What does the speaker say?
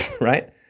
Right